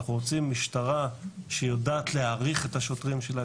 אנחנו רוצים משטרה שיודעת להעריך את השוטרים שלה,